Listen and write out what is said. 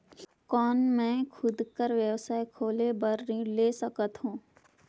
कौन मैं खुद कर व्यवसाय खोले बर ऋण ले सकत हो?